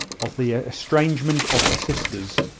of the estrangement of the sisters,